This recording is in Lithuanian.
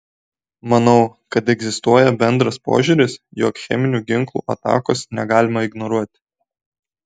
manau kad egzistuoja bendras požiūris jog cheminių ginklų atakos negalima ignoruoti